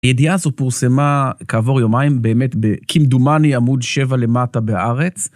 ידיעה הזו פורסמה כעבור יומיים באמת בכמדומני עמוד שבע למטה בארץ.